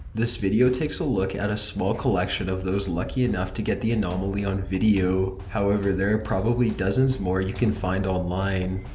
this video takes a look at a small collection of those lucky enough to get the anomaly on video. however, there are probably dozens more you can find online.